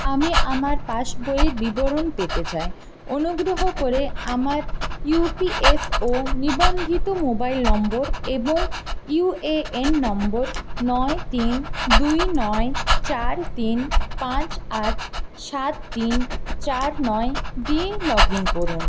আমি আমার পাসবইয়ের বিবরণ পেতে চাই অনুগ্রহ করে আমার ইউ পি এফ ও নিবন্ধিত মোবাইল নম্বর এবং ইউ এ এন নম্বর নয় তিন দুই নয় চার তিন পাঁচ আট সাত তিন চার নয় দিয়ে লগ ইন করুন